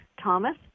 Thomas